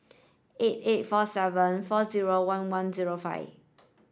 eight eight four seven four zero one one zero five